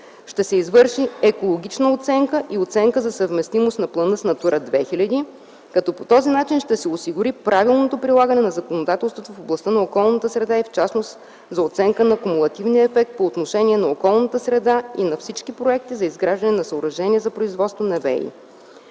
Ще се извърши екологична оценка и оценка за съвместимост на плана с „Натура 2000”, като по този начин ще се осигури правилното прилагане на законодателството в областта на околната среда и в частност за оценка на кумулативния ефект по отношение на околната среда и на всички проекти за изграждане на съоръжения за производство на